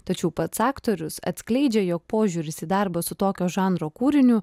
tačiau pats aktorius atskleidžia jog požiūris į darbą su tokio žanro kūriniu